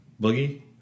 Boogie